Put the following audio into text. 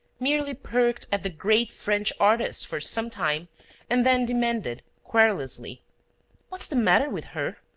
merely perked at the great french artist for some time and then demanded, querulously what's the matter with her?